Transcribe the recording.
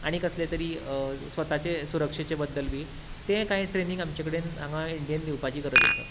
आनी कसले तरी स्वताचे सुरक्षेचे बद्दल बी तें काय ट्रेनींग आमचे कडेन इंडियेन दिवपाची गरज आसा